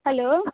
hello